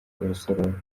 rusororo